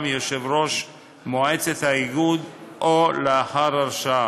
יושב-ראש מועצת האיגוד או לאחר הרשעה.